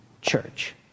church